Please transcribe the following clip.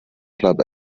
club